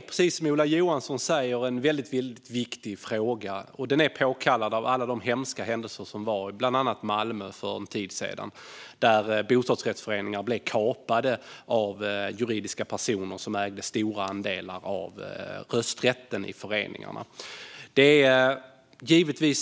precis som Ola Johansson säger, en väldigt viktig fråga. Den är påkallad av alla de hemska händelser som ägde rum i bland annat Malmö för en tid sedan, där bostadsrättsföreningar blev kapade av juridiska personer som ägde stora andelar av rösträtten i föreningarna.